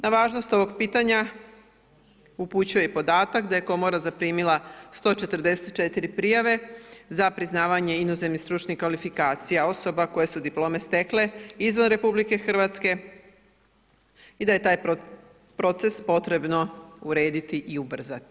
Na važnost ovog pitanja, upućuje i podatak, da je Komora zaprimila 144 prijave za priznavanje inozemnih stručnih kvalifikacija, osoba koje su diplome stekle izvan RH i da je taj proces potrebno urediti i ubrzati.